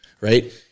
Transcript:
right